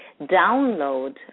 download